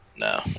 No